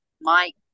Mike